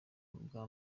bwa